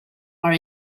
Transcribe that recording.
are